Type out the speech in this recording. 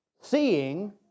seeing